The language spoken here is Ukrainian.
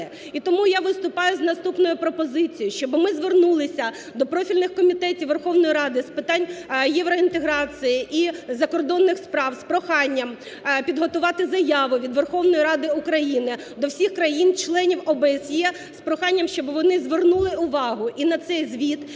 І тому я виступаю з наступною пропозицією, щоб ми звернулися до профільних Комітетів Верховної Ради з питань євроінтеграції і закордонних справ з проханням підготувати заяву від Верховної Ради України до всіх країн-членів ОБСЄ з проханням, щоб вони звернули увагу і на цей звіт,